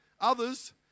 Others